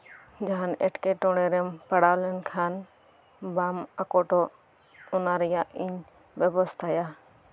ᱡᱟᱦᱟᱱ ᱮᱸᱴᱠᱮᱴᱚᱲᱮ ᱯᱟᱲᱦᱟᱣ ᱞᱮᱱᱠᱷᱟᱱ ᱵᱟᱢ ᱟᱠᱚᱴᱚᱜ ᱚᱱᱟ ᱨᱮᱭᱟᱜ ᱤᱧ ᱵᱮᱵᱚᱥᱛᱷᱟ